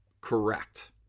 correct